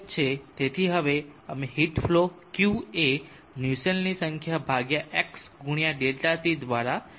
તેથી હવે અમે હીટ ફલો Q એ નુસેલ્ટની સંખ્યા ભાગ્યા X ગુણ્યા ∆T દ્રારા શોધી શકાય છે